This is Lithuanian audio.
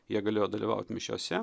jie galėjo dalyvaut mišiose